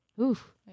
Oof